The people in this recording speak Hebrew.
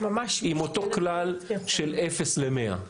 עם אותו כלל של אפס למאה,